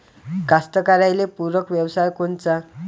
कास्तकाराइले पूरक व्यवसाय कोनचा?